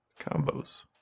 Combos